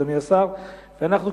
ואנחנו,